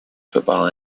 football